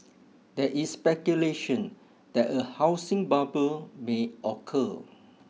there is speculation that a housing bubble may occur